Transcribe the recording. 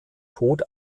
tod